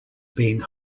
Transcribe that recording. being